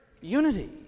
unity